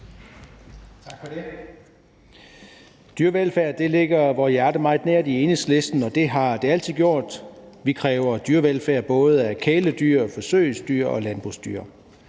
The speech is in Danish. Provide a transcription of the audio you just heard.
Tak for det. Dyrevelfærd står vor hjerte meget nær i Enhedslisten, og det har det altid gjort. Vi kræver dyrevelfærd både for kæledyr, forsøgsdyr og landbrugsdyr.